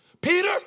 Peter